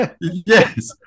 yes